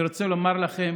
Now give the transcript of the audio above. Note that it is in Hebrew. אני רוצה לומר לכם